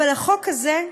אבל החוק הזה,